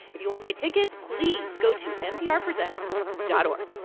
if you want to buy tickets, please go to nprpresents dot org.